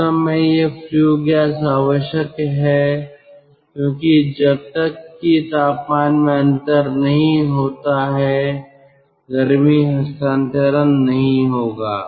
वास्तव में यह फ्ल्यू गैस आवश्यक है क्योंकि जब तक कि तापमान में अंतर नहीं होता हैगर्मी हस्तांतरण नहीं होगा